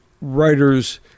writers